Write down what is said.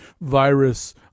virus